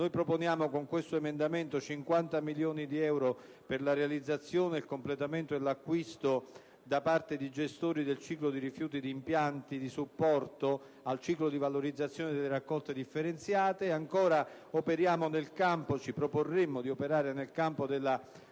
Prevediamo, ad esempio, 50 milioni di euro per la realizzazione, il completamento o l'acquisto da parte di gestori del ciclo dei rifiuti di impianti di supporto al ciclo di valorizzazione delle raccolte differenziate. Ci proponiamo inoltre di operare nel campo della